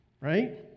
right